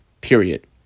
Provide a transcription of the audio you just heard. period